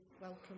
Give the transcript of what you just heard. welcome